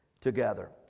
together